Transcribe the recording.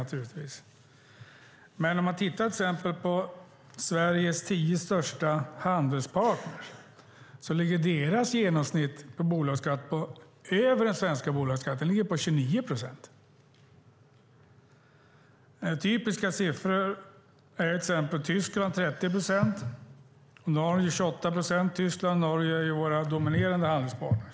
Om man till exempel tittar på Sveriges tio största handelspartner ligger deras genomsnittliga bolagsskatt över den svenska bolagsskatten. Den ligger på 29 procent. Typiska siffror är 30 procent för Tyskland och 28 procent för Norge. Tyskland och Norge är våra dominerande handelspartner.